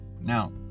now